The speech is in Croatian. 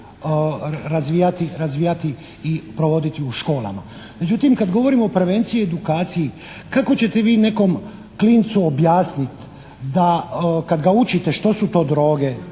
razvijati i provoditi u školama. Međutim, kad govorimo o prevenciji i edukaciji, kako ćete vi nekom klincu objasniti da kad ga učite što su to droge